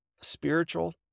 spiritual